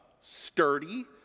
sturdy